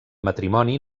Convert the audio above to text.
matrimoni